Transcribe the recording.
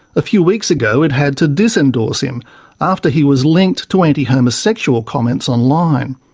a few weeks ago, it had to disendorse him after he was linked to anti-homosexual comments online.